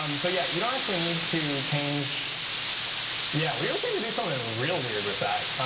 um so yeah, you don't actually need to change yeah, we were trying to do something real weird with that.